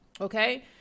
Okay